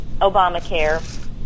Obamacare